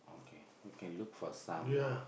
okay we can look for some lah